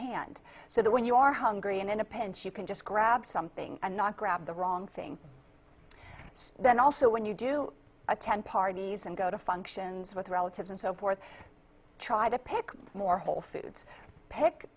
hand so that when you are hungry and in a pinch you can just grab something and not grab the wrong thing then also when you do attend parties and go to functions with relatives and so forth try to pick more whole foods pick